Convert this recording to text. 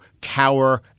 cower